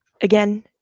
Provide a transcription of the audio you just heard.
again